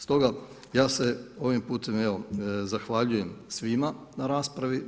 Stoga, ja se ovim putem zahvaljujem svima na raspravi.